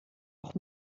auch